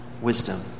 wisdom